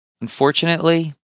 Unfortunately